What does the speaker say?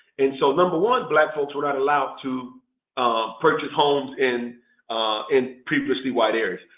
and so number one black folks were not allowed to purchase homes in in previously white areas.